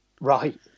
Right